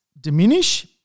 diminish